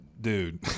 Dude